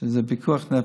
שזה פיקוח נפש,